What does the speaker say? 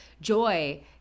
joy